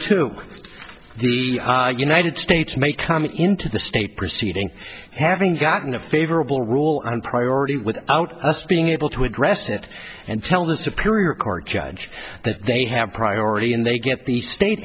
two the united states may come into the state proceeding having gotten a favorable rule on priority without us being able to address it and tell the superior court judge that they have priority and they get the state